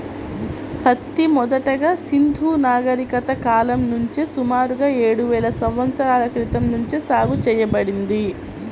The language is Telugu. పత్తి మొదటగా సింధూ నాగరికత కాలం నుంచే సుమారుగా ఏడువేల సంవత్సరాల క్రితం నుంచే సాగు చేయబడింది